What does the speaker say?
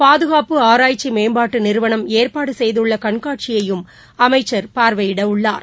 பாதுகாப்பு ஆராய்ச்சி மேம்பாட்டு நிறுவனம் ஏற்பாடு செய்துள்ள கண்காட்சியையும் அமைச்சர் பார்வையிட உள்ளார்